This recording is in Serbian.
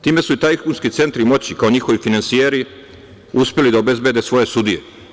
Time su i tajkunski centri moći, kao njihovi finansijeri, uspeli da obezbede svoje sudije.